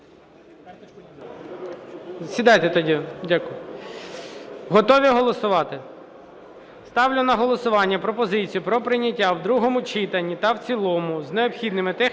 Сідайте тоді, дякую. Готові голосувати? Ставлю на голосування пропозицію про прийняття в другому читанні та в цілому з необхідними